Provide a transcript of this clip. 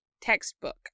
textbook